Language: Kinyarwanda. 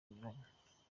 binyuranye